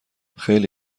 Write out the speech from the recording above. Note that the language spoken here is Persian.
خیلی